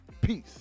Peace